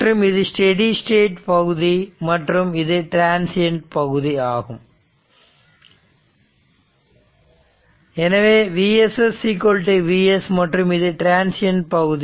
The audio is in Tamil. மற்றும் இது ஸ்டெடி ஸ்டேட் பகுதி மற்றும் இது டிரன்சியண்ட் பகுதி ஆகும் எனவே Vss Vs மற்றும் இது டிரன்சியண்ட் பகுதி